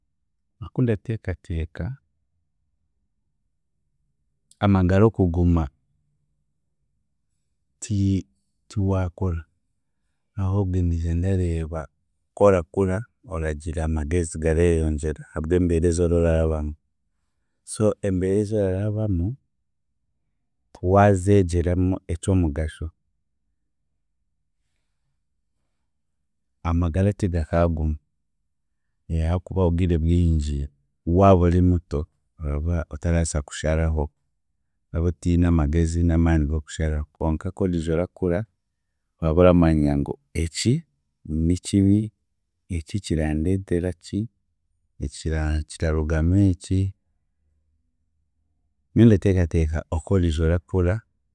Okundateekateeka, amagara okuguma, ti- tuwaakura ahoobwe niija ndareeba, korakura, oragira amagezi gareeyongyera habw'embeera ezoraba orarabamu. So embeera ez'orarabamu waazeegyeramu eky'omugasho, amagara tigakaagumu ahaakuba obwire bwingi waaba orimuto, oraba otaraasa kusharaho, oraba otiine amagezi n'amaani g'okusharaho konka kworija orakura, oraba oramanya ngu eki, nikibi, eki kirandeetera ki, eki kira kirarugamu eki, nyowe ndateekateeka oku oriija orakura